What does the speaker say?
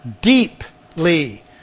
deeply